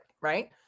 right